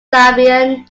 swabian